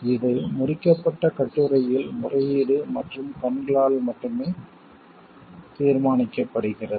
இது முடிக்கப்பட்ட கட்டுரையில் முறையீடு மற்றும் கண்களால் மட்டுமே தீர்மானிக்கப்படுகிறது